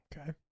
Okay